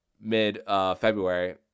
mid-February